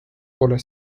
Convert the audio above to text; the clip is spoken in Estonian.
pole